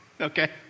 Okay